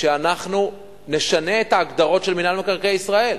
שאנחנו נשנה את ההגדרות של מינהל מקרקעי ישראל.